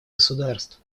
государств